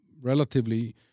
relatively